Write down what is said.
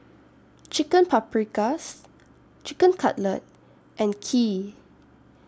Chicken Paprikas Chicken Cutlet and Kheer